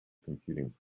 computing